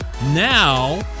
Now